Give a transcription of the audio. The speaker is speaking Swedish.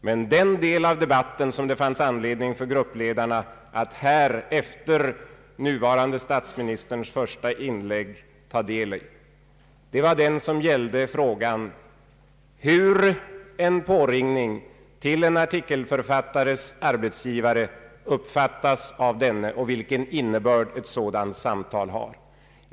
Men den del av debatten som det fanns anledning för gruppledarna att efter nuvarande statsministerns första inlägg intressera sig för var den som gällde frågan: Hur uppfattas en påringning till en artikelförfattares arbetsgivare av denne, och vilken innebörd har ett sådant samtal?